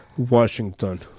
Washington